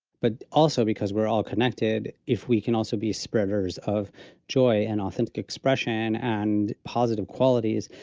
but also because we're all connected. if we can also be spreaders of joy and authentic expression and positive qualities,